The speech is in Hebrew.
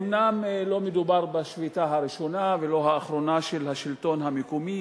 אומנם לא מדובר בשביתה הראשונה ולא באחרונה של השלטון המקומי,